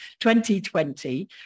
2020